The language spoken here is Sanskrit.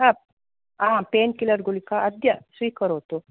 आम् पेन्किलर् गुलिका अद्य स्वीकरोतु